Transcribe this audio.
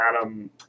Adam